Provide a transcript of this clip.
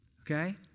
okay